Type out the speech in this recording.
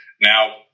now